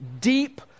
deep